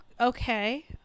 Okay